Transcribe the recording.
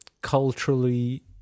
culturally